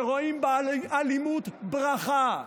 שרואים באלימות ברכה,